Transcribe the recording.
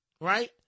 right